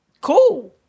Cool